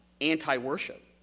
Anti-worship